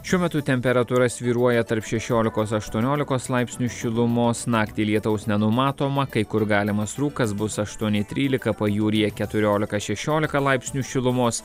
šiuo metu temperatūra svyruoja tarp šešiolikos aštuoniolikos laipsnių šilumos naktį lietaus nenumatoma kai kur galimas rūkas bus aštuoni trylika pajūryje keturiolika šešiolika laipsnių šilumos